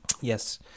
Yes